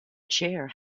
chair